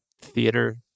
theater